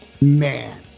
Man